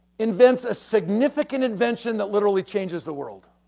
invents a significant invention that literally changes the world,